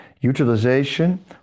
utilization